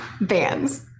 bands